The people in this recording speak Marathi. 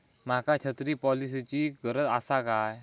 माका छत्री पॉलिसिची गरज आसा काय?